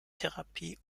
therapie